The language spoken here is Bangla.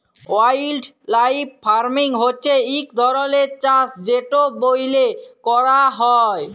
ওয়াইল্ডলাইফ ফার্মিং হছে ইক ধরলের চাষ যেট ব্যইলে ক্যরা হ্যয়